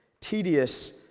Tedious